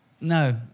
No